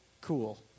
cool